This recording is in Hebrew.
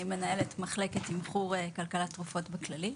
אני מנהלת מחלקת תמחור כלכלת תרופות בכללית.